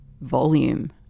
volume